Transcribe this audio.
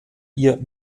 ihr